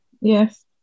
Yes